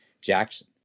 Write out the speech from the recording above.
Jackson